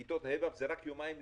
בכיתות ה'-ו' זה רק יומיים לימודים,